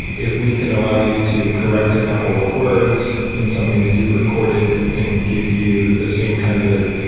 if we can allow you to correct a couple of words in something that you've recorded and give you the same kind of